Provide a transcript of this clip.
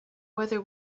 whether